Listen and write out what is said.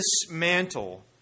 dismantle